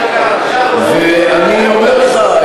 אני אומר לך,